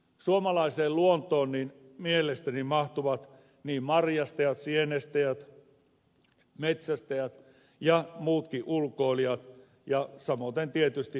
suomalaiseen luontoon mielestäni mahtuvat niin marjastajat sienestäjät metsästäjät ja muutkin ulkoilijat ja samaten tietysti elinkeinonharjoittajat